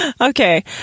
okay